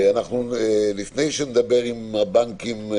לפני שנדבר עם הבנקים,